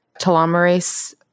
telomerase